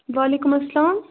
وعلیکُم اسلام